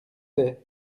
c’est